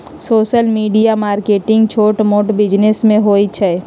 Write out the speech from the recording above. social media marketing छोट मोट business में होई छई